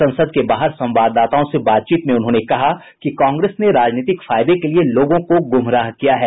संसद के बाहर संवाददाताओं से बातचीत में उन्होंने कहा कि कांग्रेस ने राजनीतिक फायदे के लिए लोगों को गुमराह किया है